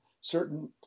certain